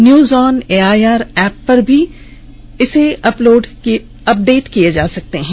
news on AIR app पर भी update लिए जा सकते हैं